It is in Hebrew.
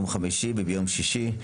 בימים חמישי ושישי.